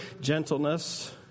gentleness